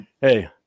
Hey